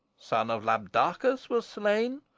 son of labdacus, was slain,